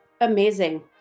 amazing